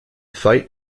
fight